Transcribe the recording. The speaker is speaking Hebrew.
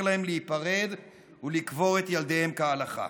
להם להיפרד ולקבור את ילדיהם כהלכה.